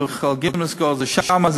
חייבים לסגור את זה שם,